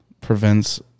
prevents